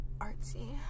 artsy